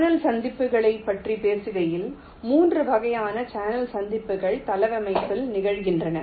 channel சந்திப்புகளைப் பற்றி பேசுகையில் 3 வகையான சேனல் சந்திப்புகள் தளவமைப்பில் நிகழ்கின்றன